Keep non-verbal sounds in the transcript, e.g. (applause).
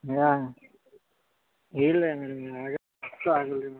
ಹಾಂ ಇಲ್ಲ ಮೇಡಮ್ ಆಗಲ್ಲ (unintelligible) ಆಗಲ್ಲ ರೀ ಮೇಡಮ್